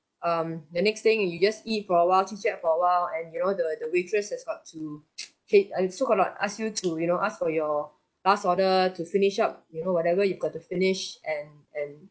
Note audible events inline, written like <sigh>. um the next thing you just eat for awhile chit-chat for awhile and you know the the waitress has got to <noise> chase uh so called not ask you to you know ask for your last order to finish up you know whatever you've got to finish and and